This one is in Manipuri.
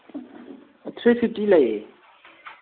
ꯊ꯭ꯔꯤ ꯐꯤꯐꯇꯤ ꯂꯩꯌꯦ